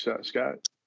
scott